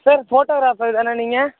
sir photographer தானே நீங்கள்